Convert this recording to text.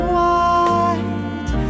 white